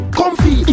comfy